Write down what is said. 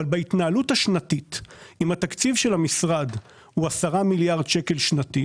אבל בהתנהלות השנתית אם התקציב של המשרד הוא 10 מיליארד שקל שנתית,